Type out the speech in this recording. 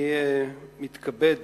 אני מתכבד